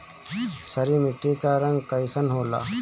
क्षारीय मीट्टी क रंग कइसन होला?